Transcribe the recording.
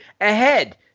ahead